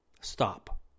Stop